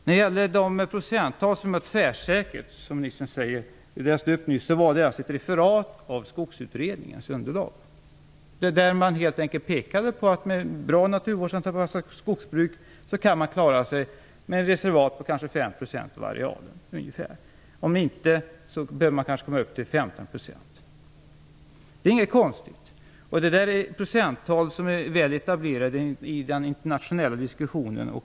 Ministern säger att jag var tvärsäker när det gäller procenttalen. Det var ett referat av Skogsutredningens underlag. Man pekade helt enkelt på att vi med bra naturvårdsanpassning av skogsbruk kan klara oss med reservat på ca 5 % av arealen. I annat fall behöver man kanske avsätta 15 %. Det är inget konstigt. Det är procenttal som är väl etablerade i den internationella diskussionen.